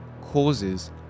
causes